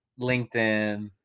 linkedin